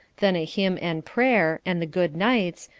then a hymn and prayer, and the good-nights,